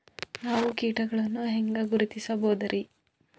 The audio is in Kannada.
ನಾವು ಕೀಟಗಳನ್ನು ಹೆಂಗ ಗುರುತಿಸಬೋದರಿ?